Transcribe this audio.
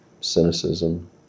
Cynicism